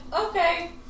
okay